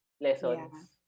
lessons